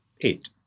Eight